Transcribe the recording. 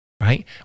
right